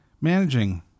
managing